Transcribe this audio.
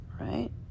right